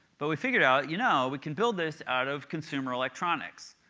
but we figured out, you know, we can build this out of consumer electronics.